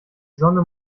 sonne